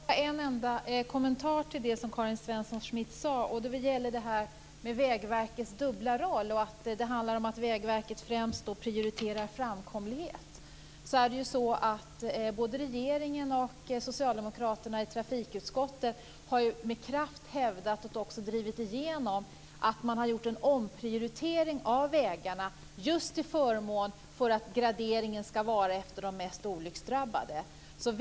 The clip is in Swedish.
Fru talman! Jag har bara en enda kommentar till det Karin Svensson Smith sade. Det gäller Vägverkets dubbla roll och att det handlar om att Vägverket främst prioriterar framkomlighet. Både regeringen och socialdemokraterna i trafikutskottet har med kraft hävdat och även drivit igenom en omprioritering av vägarna just till förmån för en gradering efter de mest olycksdrabbade sträckorna.